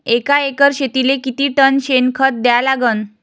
एका एकर शेतीले किती टन शेन खत द्या लागन?